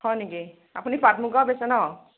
হয় নেকি আপুনি পাট মুগাও বেচে ন